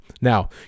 Now